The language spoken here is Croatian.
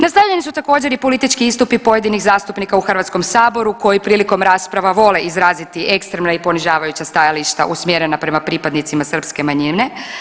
Nastavljeni su također i politički istupi pojedinih zastupnika u Hrvatskom saboru koji prilikom rasprava vole izraziti ekstremna i ponižavajuća stajališta usmjerena prema pripadnicima srpske manjine.